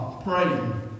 praying